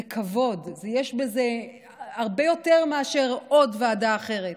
זה כבוד, יש בזה הרבה יותר מאשר עוד ועדה אחרת.